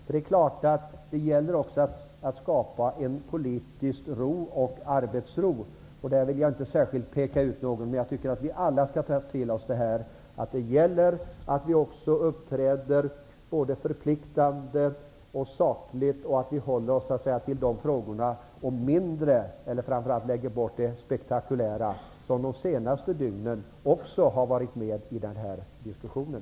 Det är klart att det gäller att skapa politisk ro och arbetsro, och där vill jag inte särskilt peka ut någon, men jag tycker att vi alla skall ta till oss att det gäller att vi uppträder både förpliktande och sakligt och framför allt att vi lägger bort det spektakulära som de senaste dygnen också har varit med i diskussionen.